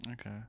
okay